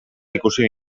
ikusi